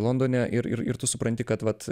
londone ir ir ir tu supranti kad vat